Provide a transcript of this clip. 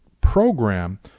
program